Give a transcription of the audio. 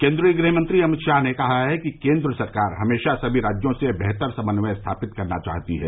केंद्रीय गृहमंत्री अमित शाह ने कहा है कि केंद्र सरकार हमेशा सभी राज्यों से बेहतर समन्वय स्थापित करना चाहती है